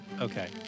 Okay